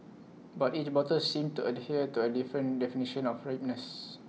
but each bottle seemed to adhere to A different definition of ripeness